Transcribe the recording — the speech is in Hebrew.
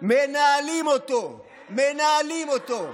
מנהלים את בית המשפט, מנהלים אותו,